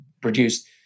produced